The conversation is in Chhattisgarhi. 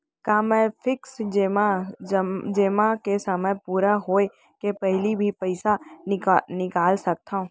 का मैं फिक्स जेमा के समय पूरा होय के पहिली भी पइसा निकाल सकथव?